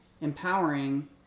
empowering